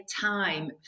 time